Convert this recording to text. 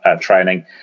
training